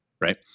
right